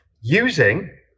using